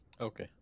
Okay